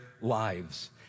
lives